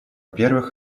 первых